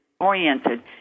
oriented